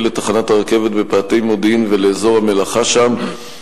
לתחנת הרכבת בפאתי מודיעין ולאזור המלאכה שם,